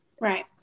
right